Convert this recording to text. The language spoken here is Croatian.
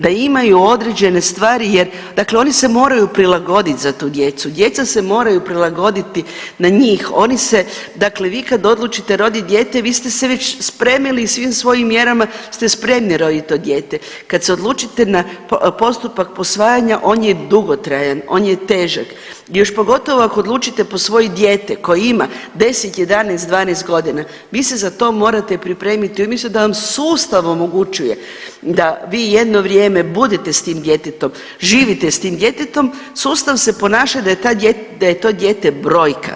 Da imaju određene stvari jer, dakle oni se moraju prilagoditi za tu djecu, djeca se moraju prilagoditi na njih, oni se, dakle vi kad odlučite roditi dijete, vi ste već spremili svim svojim mjerama ste spremni roditi to dijete, kad se odlučite na postupak posvajanja, on je dugotrajan, on je težak, još pogotovo ako odlučite posvojiti dijete koje ima 10, 11, 12 godina, vi se na to morate pripremiti i umjesto da vam sustav omogućuje da vi jedno vrijeme budete s tim djetetom, živite s tim djetetom, sustav se ponaša da je to dijete brojka.